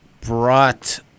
brought